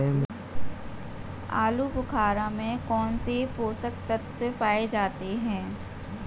आलूबुखारा में कौन से पोषक तत्व पाए जाते हैं?